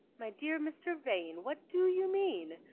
my dear mr. vane, what do you mean?